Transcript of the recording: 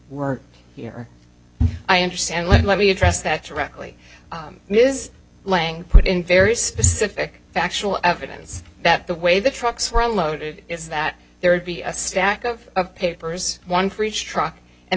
work here i understand let me address that directly ms lange put in very specific factual evidence that the way the trucks were unloaded is that there would be a stack of papers one for each truck and